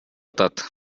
атат